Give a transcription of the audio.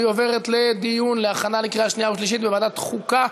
והיא עוברת לדיון להכנה לקריאה שנייה ושלישית בוועדת החוקה,